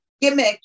gimmick